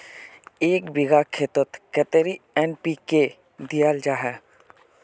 एक बिगहा खेतोत कतेरी एन.पी.के दियाल जहा?